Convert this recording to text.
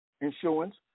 insurance